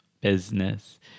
business